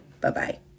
Bye-bye